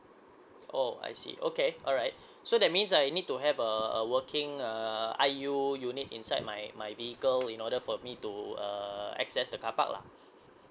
oh I see okay alright so that means I need to have a a working uh I_U unit inside my my vehicle in order for me to uh access the carpark lah